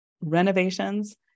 renovations